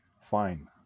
fine